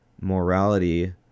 morality